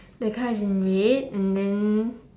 the car is in red and then